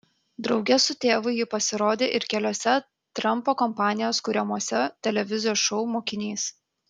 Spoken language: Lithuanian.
drauge su tėvu ji pasirodė ir keliuose trampo kompanijos kuriamuose televizijos šou mokinys